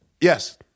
Yes